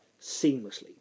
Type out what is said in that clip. seamlessly